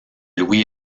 louis